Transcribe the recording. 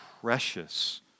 precious